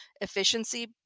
efficiency